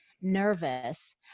nervous